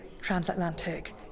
transatlantic